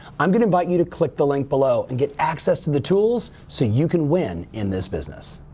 i'm gonna invite you to click the link below and get access to the tools, so you can win in this business.